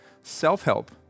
Self-help